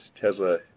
Tesla